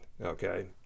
okay